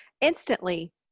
instantly